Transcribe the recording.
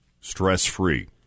stress-free